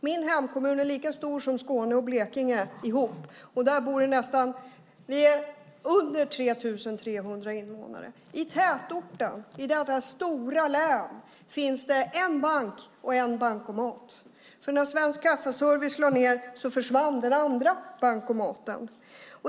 Min hemkommun är lika stor som Skåne och Blekinge tillsammans. Vi är färre än 3 300 invånare. I tätorten i detta stora län finns det en bank och en bankomat. När Svensk Kassaservice lade ned försvann den andra bankomaten.